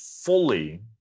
fully